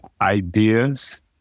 ideas